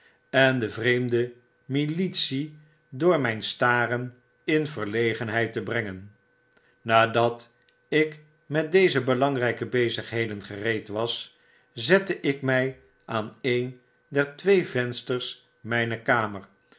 en de vreemde militie door mijn staren in verlegenheid te bren gen nadat ik met deze belangnjke bezigheden gereed was zette ik mjj aan een der twee ven sters mgner kamer